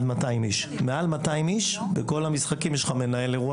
מעל 200 איש בכל המשחקים יש מנהל אירוע